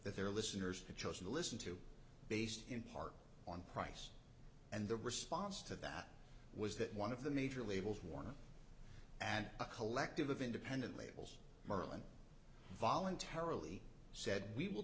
that their listeners chose to listen to based in part on price and the response to that was that one of the major labels warner and a collective of independent labels marlon voluntarily said we will